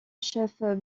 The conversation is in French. chef